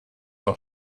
auch